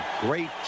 great